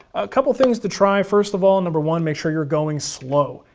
a couple of things to try. first of all, number one, make sure you're going slow.